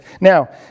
now